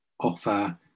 offer